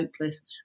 hopeless